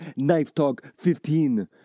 KNIFETALK15